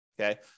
Okay